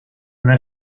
una